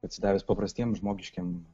atsidavęs paprastiem žmogiškiem